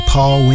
Paul